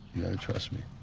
trust me.